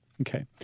Okay